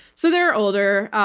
so they're older.